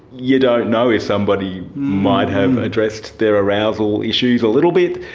you don't know if somebody might have addressed their arousal issues a little bit,